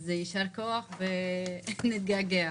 אז יישר כוח, ונתגעגע.